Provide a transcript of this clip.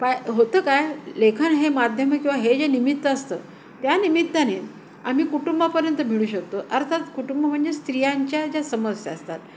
काय होतं काय लेखन हे माध्यम किंवा हे जे निमित्त असतं त्या निमित्त्याने आमी कुटुंबापर्यंत भिडू शकतो अर्थात कुटुंब म्हणजे स्त्रियांच्या ज्या समस्या असतात